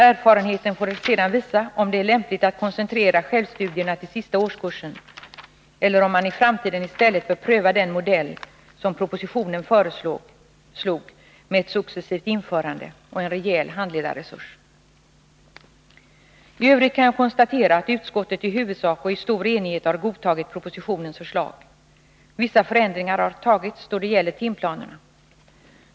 Erfarenheten får sedan visa om det är lämpligt att koncentrera själstudierna till sista årskursen eller om man i framtiden bör pröva den modell som propositionen föreslog, med ett successivt införande och en rejäl handledarresurs. I övrigt kan jag konstatera att utskottet i huvudsak och i stor enighet har godtagit propositionens förslag. Vissa förändringar har vidtagits då det gäller timplanerna.